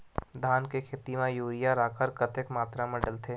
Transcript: धान के खेती म यूरिया राखर कतेक मात्रा म डलथे?